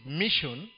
mission